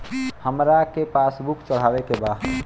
हमरा के पास बुक चढ़ावे के बा?